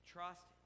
Trust